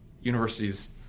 universities